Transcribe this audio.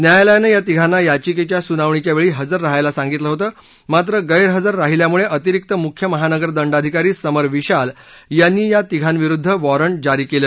न्यायालयानं या तिघांना याचिकेच्या सुनावणीच्या वेळी हजर रहायला सांगितलं होतं मात्र गैरहजर राहिल्यामुळे अतिरिक्त मुख्य महानगर दंडाधिकारी समर विशाल यांनी या तिघांविरुद्ध वॉरंट जारी केलं